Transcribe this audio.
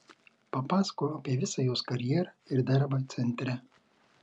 papasakojau apie visą jos karjerą ir darbą centre